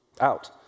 out